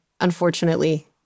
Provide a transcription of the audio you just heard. unfortunately